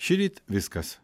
šįryt viskas